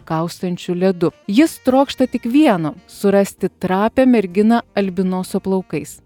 kaustančiu ledu jis trokšta tik vieno surasti trapią merginą albinoso plaukais